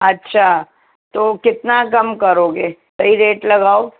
اچھا تو کتنا کم کرو گے صحیح ریٹ لگاؤ